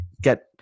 Get